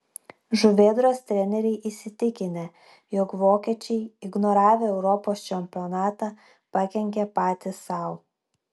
žuvėdros treneriai įsitikinę jog vokiečiai ignoravę europos čempionatą pakenkė patys sau